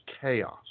chaos